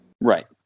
Right